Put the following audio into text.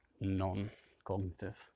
non-cognitive